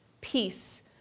peace